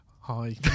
Hi